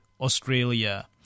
Australia